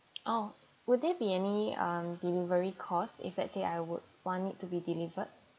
oh would there be any um delivery cost if let's say I would want it to be delivered